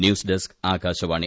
news desk Akashvani